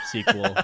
Sequel